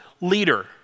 leader